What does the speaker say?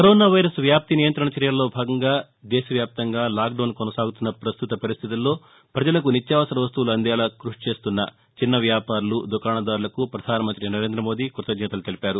corona virus వ్యాప్తి నియంత్రణ చర్యల్లో భాగంగా దేశవ్యాప్తంగా లాక్డౌస్ కౌనసాగుతున్న ప్రస్తుత పరిస్థితుల్లో ప్రజలకు నిత్యావసర వస్తువులు అందేలా క్బషి చేస్తున్న చిన్న వ్యాపారులు దుకాణాదారులకు ప్రధానమంత్రి నరేంద్ర మోదీ క్బతజ్ఞతలు తెలిపారు